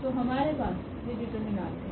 तो हमारे पास यह डिटरमिनेंट है